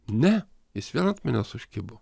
ne jis vėl ant manęs užkibo